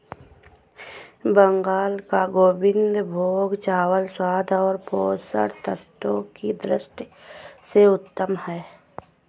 बंगाल का गोविंदभोग चावल स्वाद और पोषक तत्वों की दृष्टि से उत्तम है